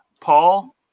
Paul